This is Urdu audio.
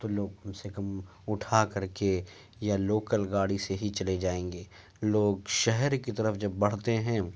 تو لوگ کم سے کم اٹھا کر کے یا لوکل گاڑی سے ہی چلے جائیں گے لوگ شہر کی طرف جب بڑھتے ہیں